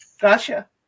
Gotcha